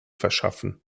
verschaffen